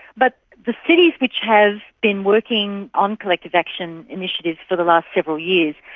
but the cities which have been working on collective action initiatives for the last several years,